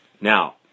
Now